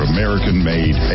American-made